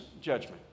judgment